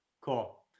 Cool